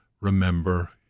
remember